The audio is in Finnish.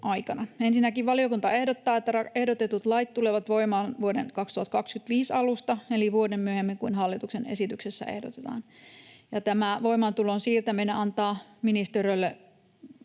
Ensinnäkin valiokunta ehdottaa, että ehdotetut lait tulevat voimaan vuoden 2025 alusta eli vuotta myöhemmin kuin hallituksen esityksessä ehdotetaan. Tämä voimaantulon siirtäminen antaa ministeriölle